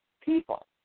people